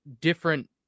different